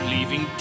Leaving